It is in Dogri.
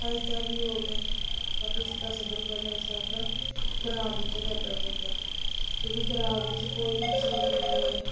फायदा बी होग ब मुश्कलां सभनें कोलां ज्यादा ग्रांऽ बिच्च करना पौंदा क्योंकि ग्रांऽ बिच्च कोई बी चीज़ नी ऐ